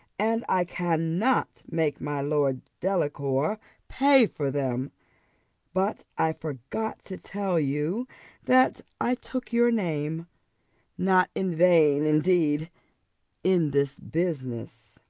and i cannot make my lord delacour pay for them but i forgot to tell you that i took your name not in vain indeed in this business.